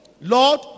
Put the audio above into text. Lord